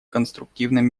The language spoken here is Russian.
конструктивным